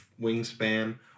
wingspan